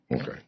Okay